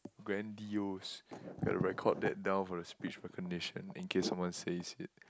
grandiose record that down for speech recognition in case someone says it